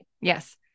Yes